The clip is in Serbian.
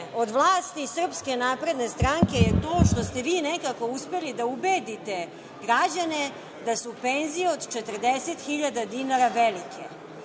od vlasti SNS je to što ste vi nekako uspeli da ubedite građane da su penzije od 40.000 dinara velike,